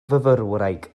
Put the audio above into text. fyfyrwraig